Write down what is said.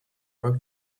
work